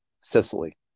Sicily